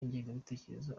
ingengabitekerezo